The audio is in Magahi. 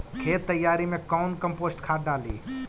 खेत तैयारी मे कौन कम्पोस्ट खाद डाली?